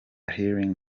healing